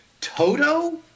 Toto